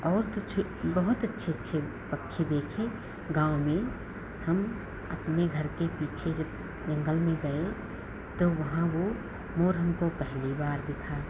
और तो बहुत अच्छे अच्छे पक्षी देखे गाँव में हम अपने घर के पीछे जब जंगल में गए तो वहाँ वह मोर हमको पहली बार दिखा